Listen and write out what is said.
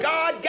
God